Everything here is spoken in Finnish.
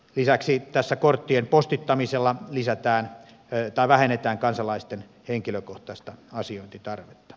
lisäksi tässä korttien postittamisella vähennetään kansalaisten henkilökohtaista asiointitarvetta